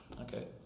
okay